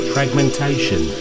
Fragmentation